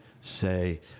say